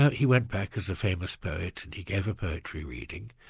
he went back as a famous poet and he gave a poetry reading,